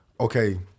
okay